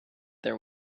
there